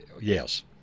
yes